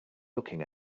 looking